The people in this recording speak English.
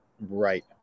Right